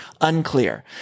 Unclear